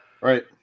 Right